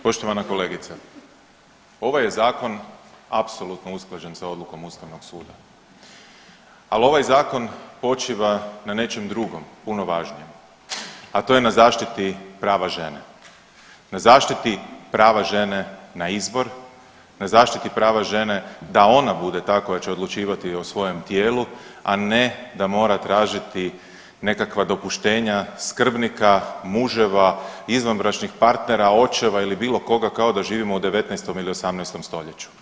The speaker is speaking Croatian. Poštovana kolegice, ovaj je zakon apsolutno usklađen sa odlukom Ustavnog suda, ali ovaj zakon počiva na nečem drugom puno važnijem, a to je na zaštiti prava žene, na zaštiti prava žene na izbor, na zaštiti prava žene da ona bude ta koja će odlučivati o svojem tijelu, a ne da mora tražiti nekakva dopuštenja skrbnika, muževa, izvanbračnih partnera, očeva ili bilo kao da živimo u 19. ili u 18. stoljeću.